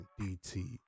DT